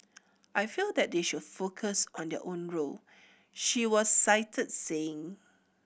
I feel that they should focus on their own role she was cited saying